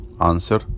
Answer